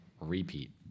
repeat